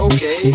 Okay